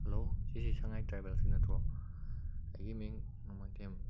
hello ꯁꯤꯁꯤ ꯁꯪꯉꯥꯏ ꯇ꯭ꯔꯦꯚꯦꯜꯁꯀꯤ ꯅꯠꯇ꯭ꯔꯣ ꯑꯩꯒꯤ ꯃꯤꯡ ꯅꯣꯡꯃꯥꯏꯊꯦꯝ